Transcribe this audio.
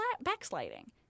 backsliding